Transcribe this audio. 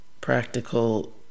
practical